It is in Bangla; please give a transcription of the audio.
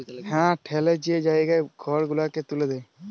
হাঁ ঠ্যালে যে জায়গায় খড় গুলালকে ত্যুলে দেয়